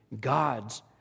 God's